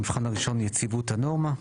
המבחן הראשון יציבות הנורמה,